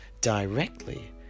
directly